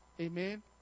Amen